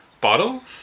bottle